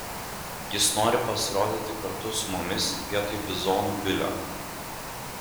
jis nori pasirodyti kartu su mumis vietoj bizonų bilio